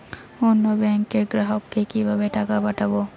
অন্য ব্যাংকের গ্রাহককে কিভাবে টাকা পাঠাবো?